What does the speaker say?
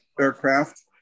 aircraft